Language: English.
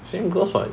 same goes what